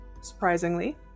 surprisingly